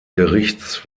gerichts